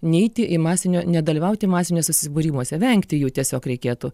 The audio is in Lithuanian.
neiti į masinio nedalyvauti masiniuose susibūrimuose vengti jų tiesiog reikėtų